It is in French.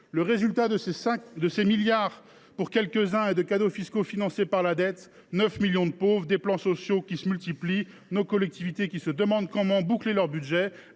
le résultat de ces milliards d’euros pour quelques uns et de ces cadeaux fiscaux financés par la dette : 9 millions de pauvres, des plans sociaux qui se multiplient, nos collectivités qui se demandent comment boucler leur budget,